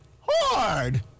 Hard